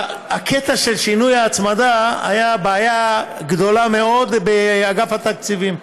הקטע של שינוי ההצמדה היה בעיה גדולה מאוד באגף התקציבים,